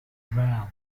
well